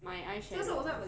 买 eyeshadow